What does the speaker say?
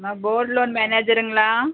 மா கோல்ட் லோன் மேனேஜருங்களா